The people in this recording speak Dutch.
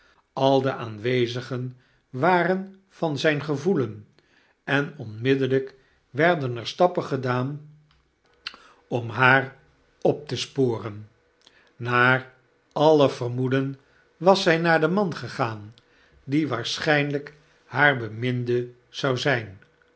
al de aanwezigen waren van zijn gevoelen en onmiddellijk werden er stappen gedaan om haar op te een huis te huur sporen naar alle vermoeden was zij naar den man gegaan die waarschynlyk haar beminde zou zjjn